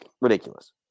Ridiculous